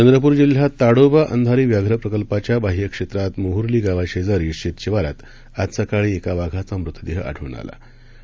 चंद्रपूर जिल्ह्यात ताडोबा अंधारी व्याघ्र प्रकल्पाच्या बाह्य क्षेत्रात मोहर्ली गावाशेजारी शेत शिवारात आज सकाळी एका वाघाचा मृतदेह आढळून आला आहेत